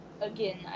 again